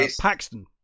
Paxton